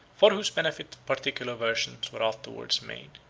for whose benefit particular versions were afterwards made.